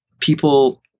People